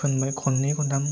फोनबाय खननै खनथाम